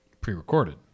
pre-recorded